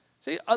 See